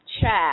chat